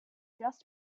just